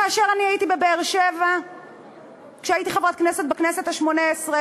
כאשר אני הייתי בבאר-שבע כאשר הייתי חברת כנסת בכנסת השמונה-עשרה,